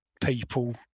people